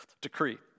decree